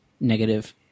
Negative